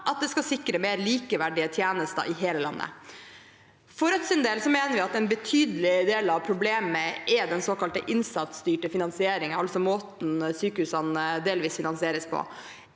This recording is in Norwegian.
at den skal sikre mer likeverdige tjenester i hele landet. For Rødts del mener vi at en betydelig del av problemet er den såkalte innsatsstyrte finansieringen, altså måten sykehusene delvis finansieres på.